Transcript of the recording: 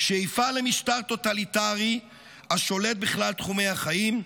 שאיפה למשטר טוטליטרי השולט בכלל תחומי החיים,